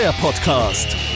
podcast